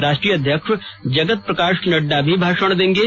राष्ट्रीय अध्यक्ष जगत प्रकाश नड्डा भी भाषण देंगे